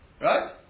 Right